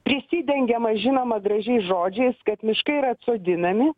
prisidengiama žinoma gražiais žodžiais kad miškai yra atsodinami